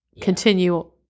continue